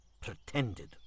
pretended